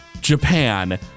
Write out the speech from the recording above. Japan